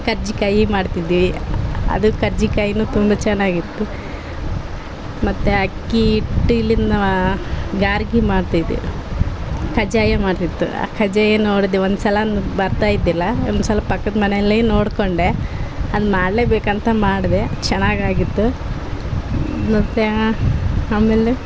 ಕರ್ಜಿ ಕಾಯಿ ಮಾಡ್ತಿದ್ವಿ ಅದು ಕರ್ಜಿ ಕಾಯಿ ತುಂಬ ಚೆನ್ನಾಗಿತ್ತು ಮತ್ತು ಅಕ್ಕಿ ಹಿಟ್ಟಿಲಿಂದ್ ಮಾ ಗಾರ್ಗಿ ಮಾಡ್ತಾ ಇದ್ವಿ ಕಜ್ಜಾಯ ಮಾಡ್ತಿತ್ತು ಕಜ್ಜಾಯ ನೋಡಿದ್ವಿ ಒಂದು ಸಲ ಬರ್ತಾ ಇದ್ದಿಲ್ಲ ಸ್ವಲ್ಪ ಪಕ್ಕದ ಮನೆಯಲ್ಲಿ ನೋಡಿಕೊಂಡೆ ಅದು ಮಾಡಲೇ ಬೇಕು ಅಂತ ಮಾಡಿದೆ ಚೆನ್ನಾಗ್ ಆಗಿತ್ತು ಮತ್ತು ಆಮೇಲೆ